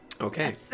Okay